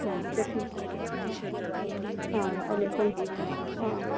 अँ त्यस अँ अहिले कुन अँ